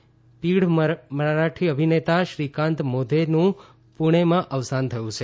અભિનેતા નિધન પીઢ મરાઠી અભિનેતા શ્રીકાંત મોધેનું પુણેમાં અવસાન થયું છે